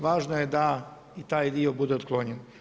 Važno je da i taj dio bude otklonjen.